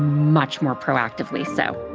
much more proactively so.